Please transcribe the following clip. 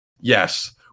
Yes